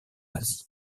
asie